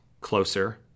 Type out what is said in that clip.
Closer